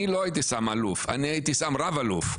אני לא הייתי שם אלוף אני הייתי שם רב אלוף,